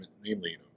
namely